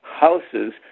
houses